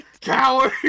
COWARD